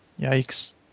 yikes